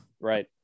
right